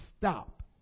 stop